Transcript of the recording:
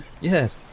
Yes